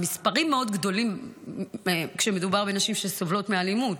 המספרים מאוד גבוהים כשמדובר בנשים שסובלות מאלימות,